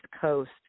coast